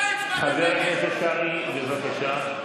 חבר הכנסת קרעי, בבקשה.